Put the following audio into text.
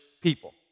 people